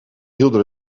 hielden